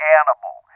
animal